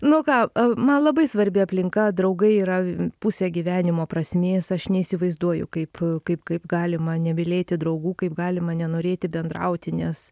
nu ką man labai svarbi aplinka draugai yra pusė gyvenimo prasmės aš neįsivaizduoju kaip kaip kaip galima nemylėti draugų kaip galima nenorėti bendrauti nes